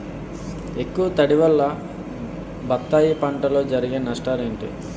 ఎక్కువ తడి వల్ల బత్తాయి పంటలో జరిగే నష్టాలేంటి?